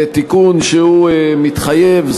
בתיקון שהוא מתחייב,